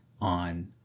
on